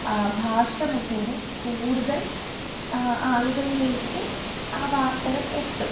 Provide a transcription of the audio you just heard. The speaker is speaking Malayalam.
ആ ഭാഷ മുഖേന കൂടുതൽ ആ ആളുകളിലേക്ക് ആ വാർത്തകൾ എത്തും